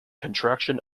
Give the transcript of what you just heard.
contraction